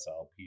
SLP